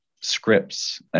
scripts